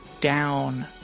down